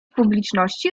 publiczności